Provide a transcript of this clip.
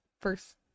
first